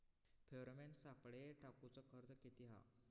Pheromone सापळे टाकूचो खर्च किती हा?